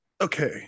Okay